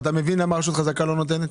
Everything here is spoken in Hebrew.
אתה מבין למה רשות חזקה לא נותנת?